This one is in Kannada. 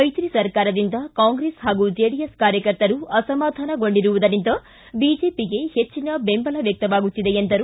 ಮೈತ್ರಿ ಸರ್ಕಾರದಿಂದ ಕಾಂಗ್ರೆಸ್ ಹಾಗು ಜೆಡಿಎಸ್ ಕಾರ್ಯಕರ್ತರು ಅಸಮಾಧಾನ ಗೊಂಡಿರುವುದರಿಂದ ಬಿಜೆಪಿಗೆ ಹೆಜ್ಜಿನ ಬೆಂಬಲ ವ್ಯಕ್ತವಾಗುತ್ತಿದೆ ಎಂದರು